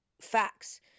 facts